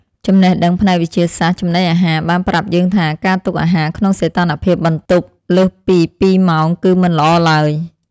ចំណេះដឹងផ្នែកវិទ្យាសាស្ត្រចំណីអាហារបានប្រាប់យើងថា ការទុកអាហារក្នុងសីតុណ្ហភាពបន្ទប់លើសពីពីរម៉ោងគឺមិនល្អឡើយ។